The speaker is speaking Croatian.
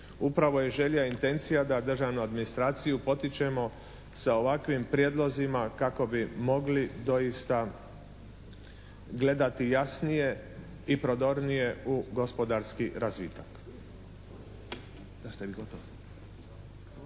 Upravo je želja i intencija da državnu administraciju potičemo sa ovakvim prijedlozima kako bi mogli doista gledati jasnije i prodornije u gospodarski razvitak.